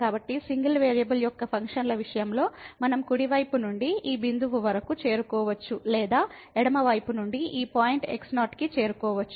కాబట్టి single variable యొక్క ఫంక్షన్ల విషయంలో మనం కుడి వైపు నుండి ఈ బిందువు వరకు చేరుకోవచ్చు లేదా ఎడమ వైపు నుండి ఈ పాయింట్ x0 కి చేరుకోవచ్చు